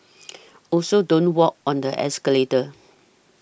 also don't walk on the escalator